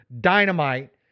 dynamite